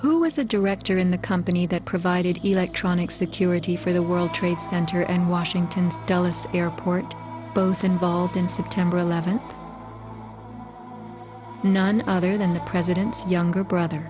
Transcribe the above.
the director in the company that provided electronic security for the world trade center and washington's dulles airport both involved in september eleventh none other than the president's younger brother